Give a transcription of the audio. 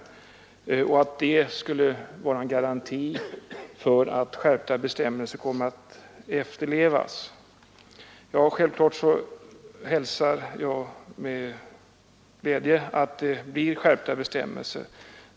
Statsrådet säger att denna utbyggnad skulle vara en garanti för att skärpta bestämmelser kommer att efterlevas. Självfallet hälsar jag en skärpning av bestämmelserna med glädje.